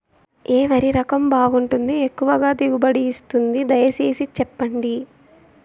ఏ వరి రకం బాగుంటుంది, ఎక్కువగా దిగుబడి ఇస్తుంది దయసేసి చెప్పండి?